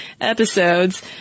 episodes